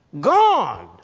God